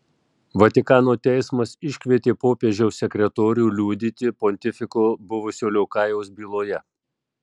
vatikano teismas iškvietė popiežiaus sekretorių liudyti pontifiko buvusio liokajaus byloje